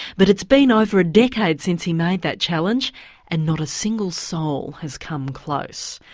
but it's been over a decade since he made that challenge and not a single soul has come close.